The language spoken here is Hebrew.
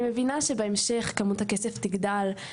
אני מבינה שכמות הכסף תגדל בהמשך,